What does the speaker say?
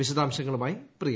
വിശദാംശങ്ങളുമായി പ്രിയ